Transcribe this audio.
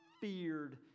feared